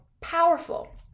powerful